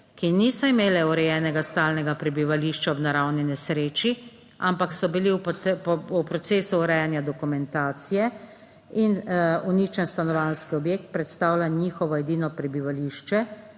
ki niso imele urejenega stalnega prebivališča ob naravni nesreči, ampak so bili v procesu urejanja dokumentacije in uničen stanovanjski objekt predstavlja njihovo edino prebivališče,